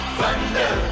thunder